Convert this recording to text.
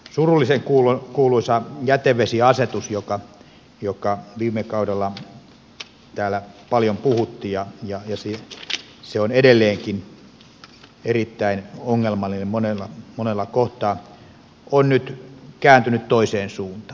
surullisen kuuluisa jätevesiasetus joka viime kaudella täällä paljon puhutti ja joka on edelleenkin erittäin ongelmallinen monella kohtaa on nyt kääntynyt toiseen suuntaan